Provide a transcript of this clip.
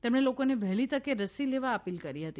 તેમણે લોકોને વહેલી તકે રસી લેવા અપીલ કરી હતી